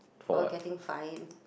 or getting fined